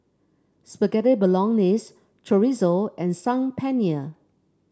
Spaghetti Bolognese Chorizo and Saag Paneer